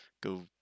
go